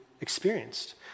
experienced